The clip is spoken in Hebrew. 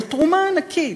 זו תרומה ענקית.